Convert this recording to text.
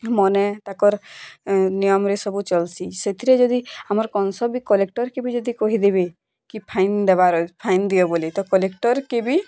ମନେ ତାକର୍ ନିୟମରେ ସବୁ ଚଲ୍ସି ସେଥିରେ ଯଦି ଆମର୍ କଂସ ବି କଲେକ୍ଟର୍ କେ ବି ଯଦି କହିଦେବେ କି ଫାଇନ୍ ଦେବାର୍ ଫାଇନ୍ ଦିଅ ବୋଲି ତ କଲେକ୍ଟର୍ କି ବି